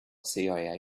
cia